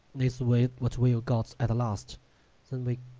this wait what we got at last then we